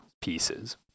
pieces